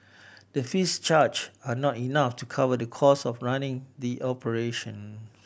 the fees charged are not enough to cover the cost of running the operation